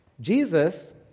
Jesus